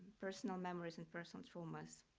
personal memories and personal traumas.